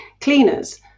cleaners